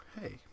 Hey